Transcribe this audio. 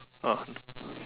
ah